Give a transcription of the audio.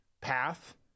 path